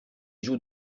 joues